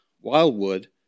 Wildwood